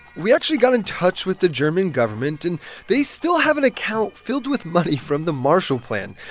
we actually got in touch with the german government, and they still have an account filled with money from the marshall plan.